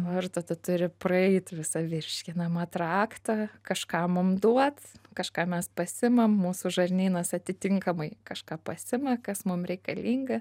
nu ir tada turi praeit visą virškinamą traktą kažką mum duot kažką mes pasiimam mūsų žarnynas atitinkamai kažką pasima kas mum reikalinga